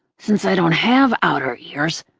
since i don't have outer ears,